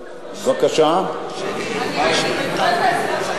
אני מקבלת את ההסבר שלך,